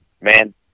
man